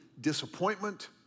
disappointment